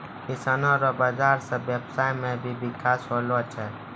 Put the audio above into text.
किसानो रो बाजार से व्यबसाय मे भी बिकास होलो छै